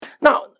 Now